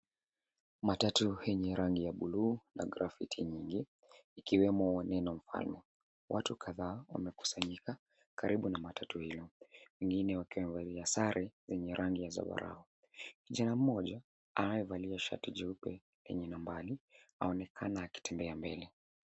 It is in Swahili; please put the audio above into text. Matatu yenye rangi ya bluu na grafiti nyingi, ikiwemo neno mfalme. Watu kadhaa wamekusanyika karibu na matatu hilo, wengine wakiwa wamevalia sare zenye rangi ya zambarau. Kijana mmoja anayevalia shati jeupe yenye nambari aonekana akitembea mbele.